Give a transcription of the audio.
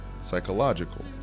psychological